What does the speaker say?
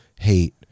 hate